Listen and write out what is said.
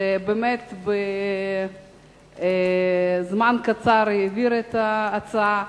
שבאמת בזמן קצר העביר את ההצעה,